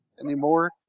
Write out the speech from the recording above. anymore